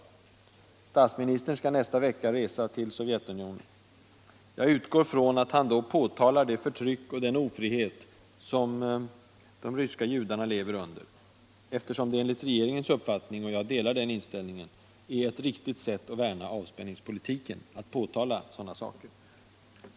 Statsministern debatt och valutapolitisk debatt skall nästa vecka resa till Sovjetunionen. Jag utgår från att han då påtalar det förtryck och den ofrihet som de ryska judarna lever under, eftersom det enligt regeringens uppfattning — och jag delar den inställningen - är ett riktigt sätt alt värna avspänningspolitiken att kritisera sådant.